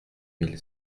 mille